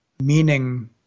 meaning